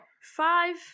five